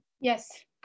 Yes